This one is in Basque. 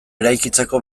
eraikitzeko